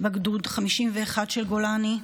בגדוד 51 של גולני,